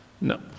no